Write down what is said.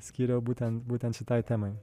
skiriu būtent būtent šitai temai